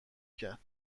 کرد